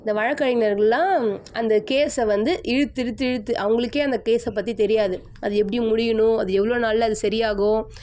இந்த வழக்கறிஞர்கள்லாம் அந்த கேஸை வந்து இழுத்து இழுத்து இழுத்து அவங்களுக்கே அந்த கேஸை பற்றி தெரியாது அது எப்படி முடியணும் அது எவ்வளோ நாளில் அது சரியாகும்